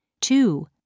two